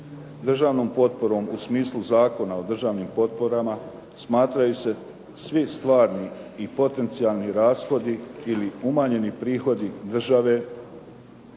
Državnom potporom u smislu Zakona o državnim potporama smatraju se svi stvarni i potencijalni rashodi ili umanjeni prihodi države